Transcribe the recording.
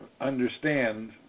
understand